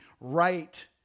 right